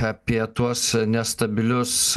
apie tuos nestabilius